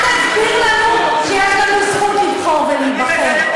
ואל תסביר לנו שיש לנו זכות לבחור ולהיבחר.